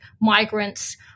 migrants